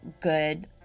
good